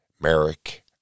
Merrick